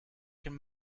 can